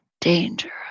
danger